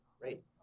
great